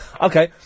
Okay